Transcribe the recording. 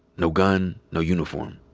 no gun, no uniform.